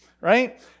right